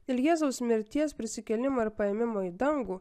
dėl jėzaus mirties prisikėlimo ir paėmimo į dangų